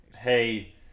hey